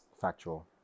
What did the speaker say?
factual